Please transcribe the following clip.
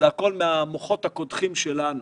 והכול מהמוחות הקודחים שלנו